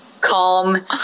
calm